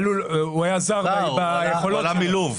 הוא היה זר ביכולות שלו.